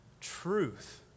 truth